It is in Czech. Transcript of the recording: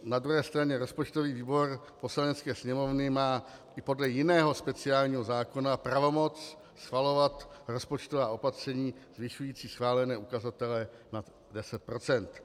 Na druhé straně rozpočtový výbor Poslanecké sněmovny má i podle jiného speciálního zákona pravomoc schvalovat rozpočtová opatření zvyšující schválené ukazatele nad 10 %.